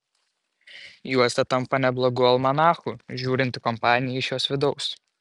juosta tampa neblogu almanachu žiūrint į kompaniją iš jos vidaus